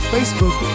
Facebook